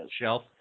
Shelf